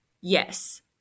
Yes